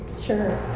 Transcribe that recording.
Sure